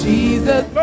Jesus